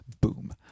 boom